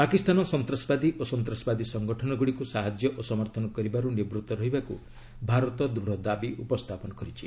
ପାକିସ୍ତାନ ସନ୍ତାସବାଦୀ ଓ ସନ୍ତାସବାଦୀ ସଂଗଠନ ଗୁଡ଼ିକୁ ସାହାଯ୍ୟ ଓ ସମର୍ଥନ କରିବାରୁ ନିବୃତ୍ତ ରହିବାକୁ ଭାରତ ଦୂଢ଼ ଦାବି ଉପସ୍ଥାପନ କରିଛି